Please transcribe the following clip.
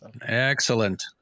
Excellent